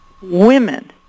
women